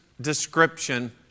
description